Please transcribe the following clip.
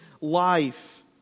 life